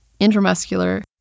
intramuscular